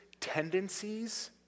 tendencies